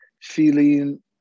feeling